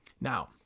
Now